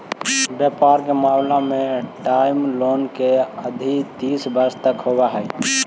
व्यापार के मामला में टर्म लोन के अवधि तीस वर्ष तक हो सकऽ हई